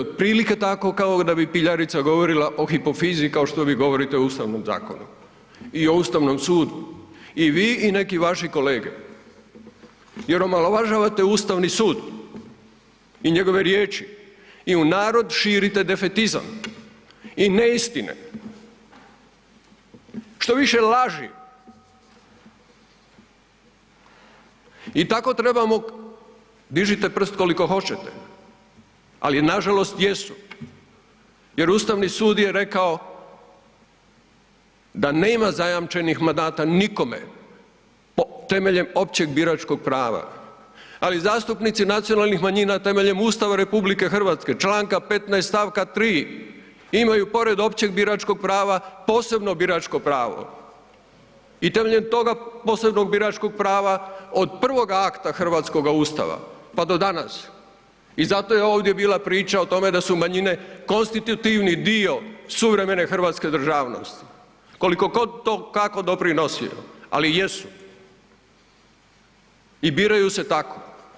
To je otprilike tako kao da bi piljarica govorila o hipofizi kao što vi govorite o ustavnom zakonu i o ustavnom sudu i vi i neki vaši kolege jer omalovažavate ustavni sud i njegove riječi i u narod širite defetizam i neistine, što više laži i tako trebamo, dižite prst koliko hoćete, ali nažalost jesu jer ustavni sud je rekao da nema zajamčenih mandata nikome temeljem općeg biračkog prava, ali zastupnici nacionalnih manjina temeljem Ustava RH, čl. 15. st. 3. imaju pored općeg biračkog prava, posebno biračko pravo i temeljem toga posebnog biračkog prava od prvog akta hrvatskoga ustava, pa do danas i zato je ovdje bila priča o tome da su manjine konstitutivni dio suvremene hrvatske državnosti, koliko god to kako doprinosio, ali jesu i biraju se tako.